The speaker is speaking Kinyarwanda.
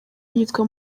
yitwa